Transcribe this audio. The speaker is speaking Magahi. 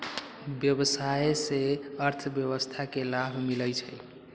व्यवसाय से अर्थव्यवस्था के लाभ मिलइ छइ